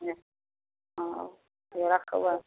नहि अब रखबै